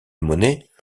monet